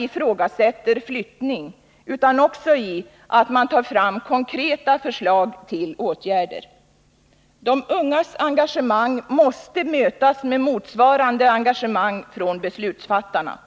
ifrågasätter flyttning utan också i att man tar fram konkreta förslag till åtgärder. De ungas engagemang måste mötas med motsvarande engagemang från beslutsfattarna.